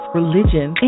religion